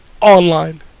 Online